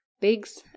pigs